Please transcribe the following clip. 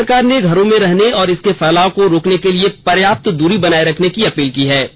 राज्य सरकार ने घरों में रहने और इसके फैलाव को रोकने के लिए पर्याप्त दूरी बनाए रखने की अपील की है